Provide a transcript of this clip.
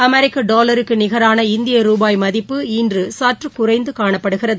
அமெரிக்க டாலருக்கு நிகரான இந்திய ருபாய் மதிப்பு இன்று சற்று குறைந்து காணப்பட்டது